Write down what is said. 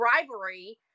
rivalry